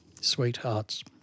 Sweethearts